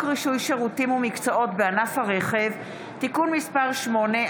חוק רישוי שירותים ומקצועות בענף הרכב (תיקון מס' 8),